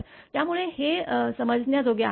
त्यामुळे हे समजण्या जोगे आहे